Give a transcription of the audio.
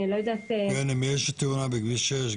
כן, יש תאונה בכביש שש.